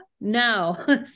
No